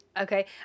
Okay